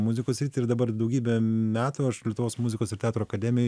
muzikos sritį ir dabar daugybę metų aš lietuvos muzikos ir teatro akademijoj